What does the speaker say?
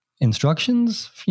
instructions